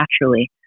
naturally